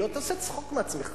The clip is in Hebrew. אתה עושה צחוק מעצמך.